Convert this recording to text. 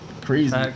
Crazy